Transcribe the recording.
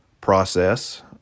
process